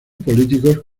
políticos